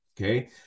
okay